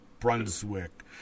Brunswick